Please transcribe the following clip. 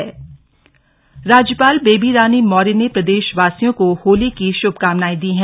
शुभकामना संदेश राज्यपाल बेबी रानी मौर्य ने प्रदेश वासियों को होली की शुभकामनाएँ दी हैं